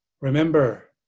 Remember